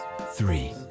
three